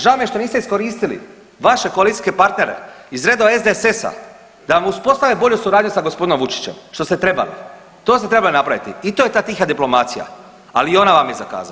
Žao mi je što niste iskoristili vaše koalicijske partnere iz redova SDSS-a da vam uspostave bolju suradnju sa g. Vučićem, što ste trebali, to ste trebali napraviti i to je ta tiha diplomacija, ali i ona vam je zakazala.